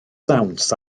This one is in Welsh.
dawns